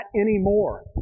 anymore